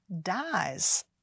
dies